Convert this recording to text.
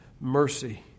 mercy